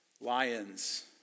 lions